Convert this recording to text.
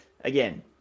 Again